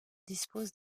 dispose